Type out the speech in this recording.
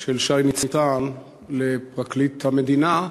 של שי ניצן לפרקליט המדינה,